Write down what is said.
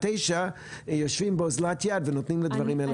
2009 יושבים באוזלת יד ונותנים לדברים להמשיך.